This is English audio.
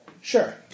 Sure